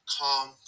calm